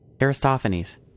Aristophanes